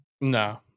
No